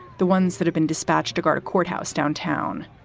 the ones that have been dispatched to guard a courthouse downtown.